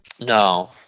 No